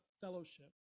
fellowship